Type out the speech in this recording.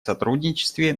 сотрудничестве